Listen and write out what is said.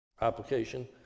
Application